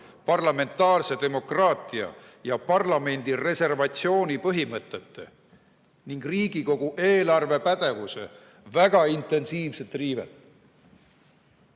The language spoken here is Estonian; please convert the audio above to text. parlamentaarse demokraatia ja parlamendireservatsiooni põhimõtete ning Riigikogu eelarvepädevuse väga intensiivset riivet.